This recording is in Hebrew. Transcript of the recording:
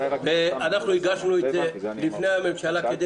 אנחנו הגשנו את זה לפני הממשלה כדי